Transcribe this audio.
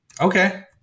Okay